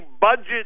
budget